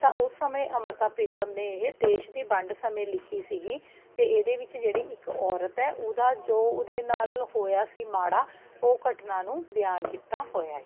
ਤਾਂ ਉਸ ਸਮੇਂ ਅੰਮ੍ਰਿਤਾ ਪ੍ਰੀਤਮ ਨੇ ਇਹ ਦੇਸ਼ ਦੀ ਵੰਡ ਸਮੇਂ ਲਿਖੀ ਸੀਗੀ ਅਤੇ ਇਹਦੇ ਵਿੱਚ ਜਿਹੜੀ ਇੱਕ ਔਰਤ ਹੈ ਉਹਦਾ ਜੋ ਉਹਦੇ ਨਾਲ ਹੋਇਆ ਸੀ ਮਾੜਾ ਉਹ ਘਟਨਾ ਨੂੰ ਬਿਆਨ ਕੀਤਾ ਹੋਇਆ ਏ